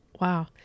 Wow